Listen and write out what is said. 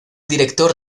director